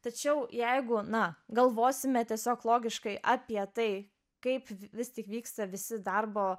tačiau jeigu na galvosime tiesiog logiškai apie tai kaip vis tik vyksta visi darbo